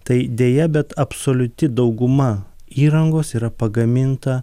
tai deja bet absoliuti dauguma įrangos yra pagaminta